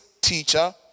teacher